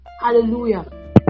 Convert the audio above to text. Hallelujah